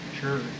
sure